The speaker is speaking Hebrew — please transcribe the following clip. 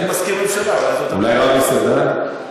אין מזכיר ממשלה, אולי רמי סדן?